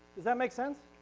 does that make sense?